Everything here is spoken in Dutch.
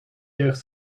jeugd